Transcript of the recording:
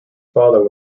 father